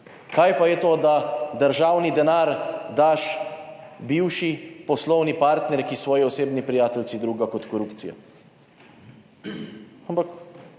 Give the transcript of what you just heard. Kaj pa je to, da državni denar daš bivši poslovni partnerki, svoji osebni prijateljici, drugega kot korupcija? Ampak,